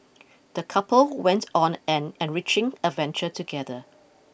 the couple went on an enriching adventure together